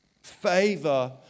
favor